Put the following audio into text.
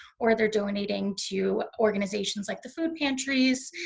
or they're donating to organizations like the food pantries,